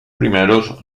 primeros